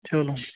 ਚਲੋ